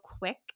quick